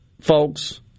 folks